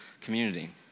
community